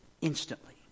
instantly